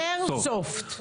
אייר סופט.